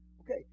Okay